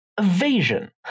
evasion